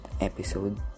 episode